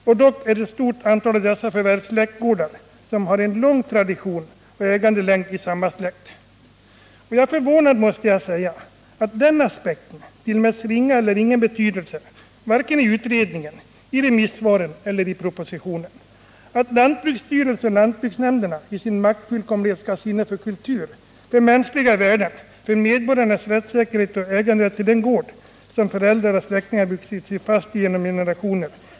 Och dock är ett stort antal av dessa förvärv släktgårdar, som har en lång tradition och ägandelängd i samma släkt. Jag är förvånad att den aspekten tillmäts ringa eller ingen betydelse varken av utredningen, i remissvaren eller i propositionen. Det är tydligen inte att begära att lantbruksstyrelsen och lantbruksnämnderna i sin maktfullkomlighet skall ha sinne för kultur, för mänskliga värden, för medborgarnas rättssäkerhet och äganderätt till den gård som föräldrar och släktingar vuxit sig fast vid genom generationer.